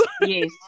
Yes